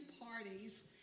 parties